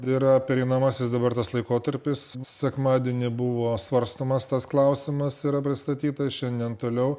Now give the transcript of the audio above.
yra pereinamasis dabar tas laikotarpis sekmadienį buvo svarstomas tas klausimas yra pristatytas šiandien toliau